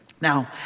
Now